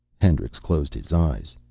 hendricks closed his eyes.